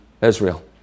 Israel